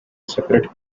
separate